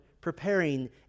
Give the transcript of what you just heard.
Preparing